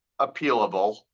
appealable